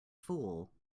fool